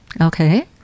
Okay